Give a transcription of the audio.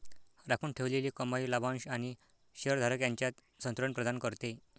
राखून ठेवलेली कमाई लाभांश आणि शेअर धारक यांच्यात संतुलन प्रदान करते